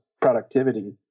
productivity